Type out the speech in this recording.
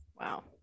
Wow